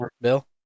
Bill